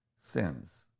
sins